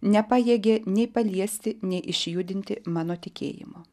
nepajėgė nei paliesti nei išjudinti mano tikėjimo